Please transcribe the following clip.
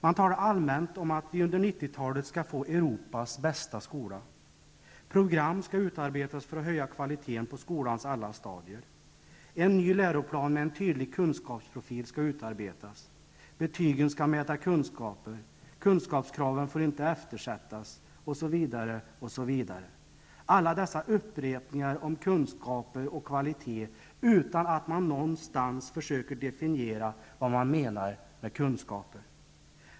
Man talar allmänt om att vi under 90-talet skall få Europas bästa skola. Program skall utarbetas för att höja kvaliteten på skolans alla stadier. En ny läroplan med en tydlig kunskapsprofil skall utarbetas, betygen skall mäta kunskaper, kunskapskraven får inte eftersättas, osv., osv. -- alla dessa upprepningar om kunskaper och kvalitet utan att man någonstans försöker definiera vad man menar med kunskaper.